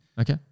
Okay